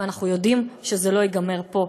ואנחנו יודעים שזה לא ייגמר פה.